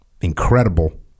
incredible